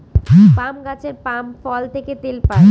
পাম গাছের পাম ফল থেকে তেল পাই